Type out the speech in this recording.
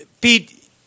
pete